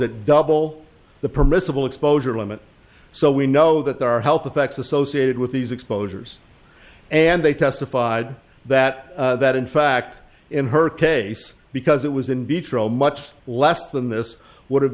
at double the permissible exposure limit so we know that there are health effects associated with these exposures and they testified that that in fact in her case because it was in vitro much less than this would have